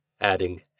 adding